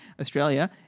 Australia